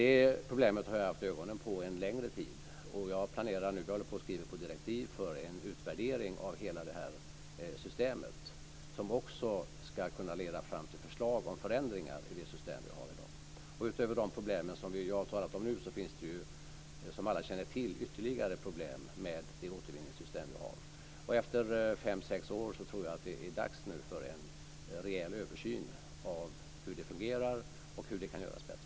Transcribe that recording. Det problemet har jag haft ögonen på en längre tid. Jag håller på och skriver på direktiv för en utvärdering av hela systemet. Det ska också kunna leda fram till förslag till förändringar av det system vi har i dag. Utöver de problem vi har talat om nu finns det, som alla känner till, ytterligare problem med det återvinningssystem vi har. Efter fem sex år tror jag att det nu är dags för en rejäl översyn av hur det fungerar och hur det kan göras bättre.